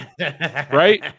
right